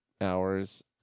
hours